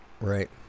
Right